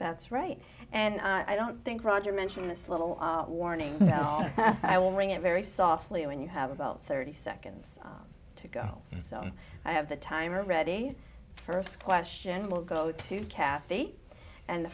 that's right and i don't think roger mentioned this little warning now i will ring it very softly when you have about thirty seconds to go so i have the time or ready first question we'll go to kathy and the